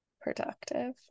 productive